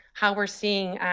how we're seeing